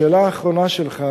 השאלה האחרונה שלך